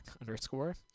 underscore